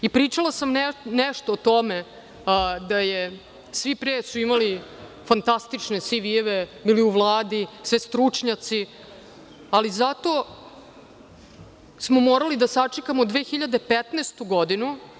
Pričala sam nešto o tome da su svi pre imali fantastične CV-eve, bili u Vladi sve stručnjaci, ali zato smo morali da sačekamo 2015. godinu.